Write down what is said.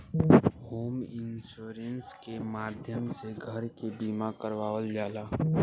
home insurance के माध्यम से घर के बीमा करावल जाला